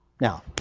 Now